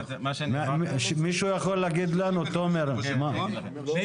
שהם מבקשים להעלות לדיון למה ההסבה תהיה